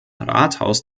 rathaus